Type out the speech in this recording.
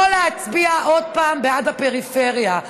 עוד פעם לא להצביע בעד הפריפריה?